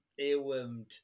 earwormed